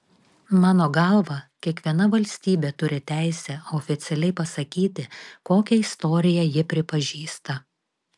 mano galva kiekviena valstybė turi teisę oficialiai pasakyti kokią istoriją ji pripažįsta